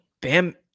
Bam